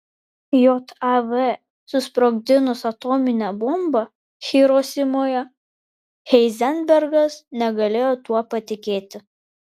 jav susprogdinus atominę bombą hirosimoje heizenbergas negalėjo tuo patikėti